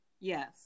Yes